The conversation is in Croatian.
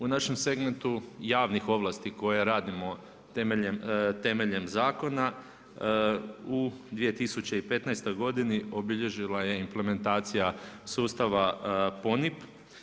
U našem segmentu javnih ovlasti kojih radimo temeljem zakona u 2015. godini, obilježila je implementacija sustava PONIP.